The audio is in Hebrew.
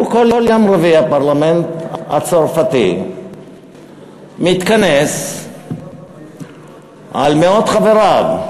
כל יום רביעי הפרלמנט הצרפתי מתכנס על מאות חבריו.